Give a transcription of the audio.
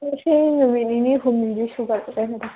ꯉꯁꯤ ꯅꯨꯨꯃꯤꯠ ꯅꯤꯅꯤ ꯍꯨꯝꯅꯤꯗꯤ ꯁꯨꯒꯠꯈ꯭ꯔꯦ ꯃꯦꯗꯥꯝ